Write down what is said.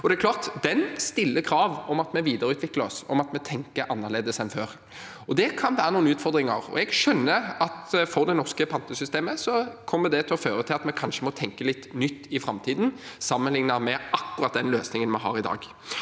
Det er klart at den stiller krav om at vi videreutvikler oss, og at vi tenker annerledes enn før. Det kan være noen utfordringer, og jeg skjønner at for det norske pantesystemet kommer det til å føre til at vi kanskje må tenke litt nytt i framtiden sammenlignet med akkurat den løsningen vi har i dag.